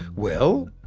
well,